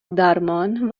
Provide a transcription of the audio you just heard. درمان